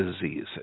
disease